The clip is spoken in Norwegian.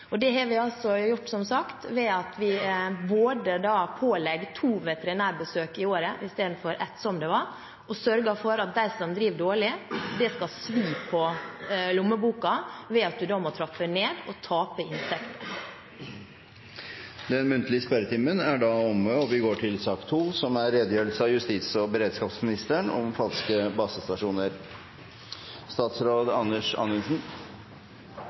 Det har vi som sagt gjort ved at vi både pålegger to veterinærbesøk i året istedenfor ett, som det var, og sørger for at for dem som driver dårlig, skal det svi i lommeboken ved at de da må trappe ned og taper inntekt. Dermed er den muntlige spørretimen omme. Utgangspunktet for denne muntlige redegjørelsen er Aftenpostens oppslag før jul om mulig falske basestasjoner og risiko for overvåking. På bakgrunn av